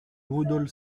woodhall